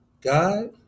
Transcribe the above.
God